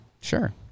Sure